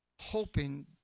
hoping